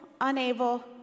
unable